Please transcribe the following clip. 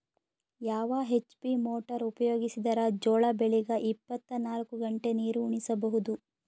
ಯಾವ HP motor ಉಪಯೋಗಿಸಿದರ ಜೋಳ ಬೆಳಿಗ ಇಪ್ಪತ ನಾಲ್ಕು ಗಂಟೆ ನೀರಿ ಉಣಿಸ ಬಹುದು?